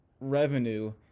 revenue